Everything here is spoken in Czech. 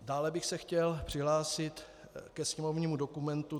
Dále bych se chtěl přihlásit ke sněmovnímu dokumentu 3259.